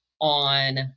on